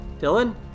Dylan